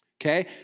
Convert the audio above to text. Okay